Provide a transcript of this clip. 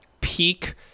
peak